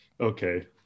Okay